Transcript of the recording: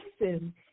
listen